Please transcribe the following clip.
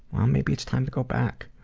well, maybe it's time to go back.